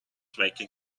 making